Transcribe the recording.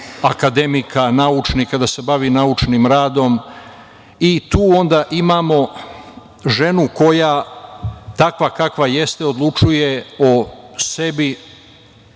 akademika, naučnika, da se bavi naučnim radom i tu onda imamo ženu koja takva, kakva jeste odlučuje o sebi,